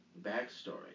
backstory